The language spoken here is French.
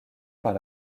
par